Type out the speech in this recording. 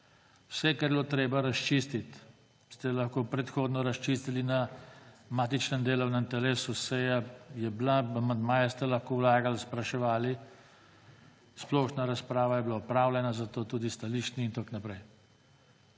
Vse, kar je bilo treba razčistiti, ste lahko predhodno razčistili na matičnem delovnem telesu. Seja je bila, amandmaje ste lahko vlagali, spraševali, splošna razprava je bila opravljena, zato tudi stališč ni in tako naprej.